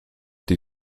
die